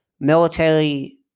military